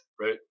right